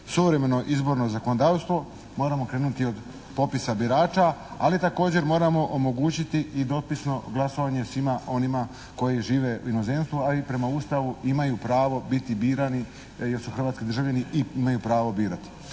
suvremeno izborno zakonodavstvo moramo krenuti od popisa birača, ali također moramo omogućiti i dopisno glasovanje svima onima koji žive u inozemstvu, a i prema Ustavu imaju pravo biti birani jer su hrvatski državljani i imaju pravo birati.